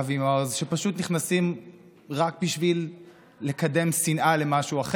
זאת פעם ראשונה שבאים ופוגעים בייצוג הנשים בממשלה.